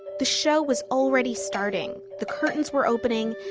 the show was already starting, the curtains were opening,